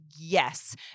yes